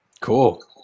Cool